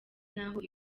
n’aho